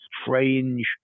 strange